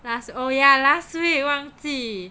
last oh yeah last week 忘记